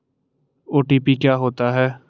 OTP क्या होता है?